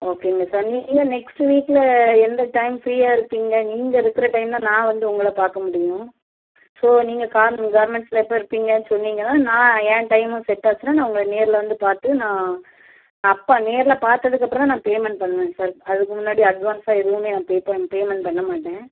ஓகேங்க சார் நீங்கள் நெக்ஸ்ட்டு வீக்கில் எந்த டைம் ஃப்ரீயாக இருப்பீங்க நீங்கள் இருக்கிற டைம் தான் நான் வந்து உங்களை பார்க்க முடியும் ஸோ நீங்கள் கார் கார்மெண்ட்ஸ்சில் எப்போ இருப்பீங்கன்னு சொன்னீங்கன்னால் நான் என் டைமு செட் ஆச்சுன்னா நான் உங்களை வந்து நேரில் வந்து பார்த்து நான் அப்போ நேரில் பார்த்ததுக்கு அப்புறம் தான் நான் பேமெண்ட் பண்ணுவேன் சார் அதுக்கு முன்னாடி அட்வான்ஸாக எதுவுமே நான் பே ப பேமெண்ட் பண்ண மாட்டேன்